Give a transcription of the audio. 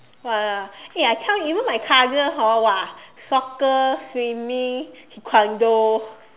ya lah eh I tell you you know my cousin whole !wah! soccer swimming taekwondo